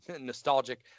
nostalgic